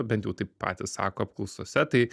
bent jau taip patys sako apklausose tai